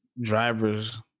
drivers